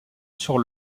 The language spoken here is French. sur